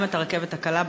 וגם את הרכבת הקלה,